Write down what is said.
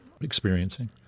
experiencing